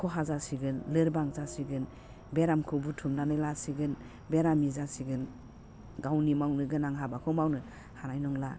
खहा जासिगोन लोरबां जासिगोन बेरामखौ बुथुमनानै लासिगोन बेरामि जासिगोन गावनि मावनो गोनां हाबाखौ मावनो हानाय नंला